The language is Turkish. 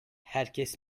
herkes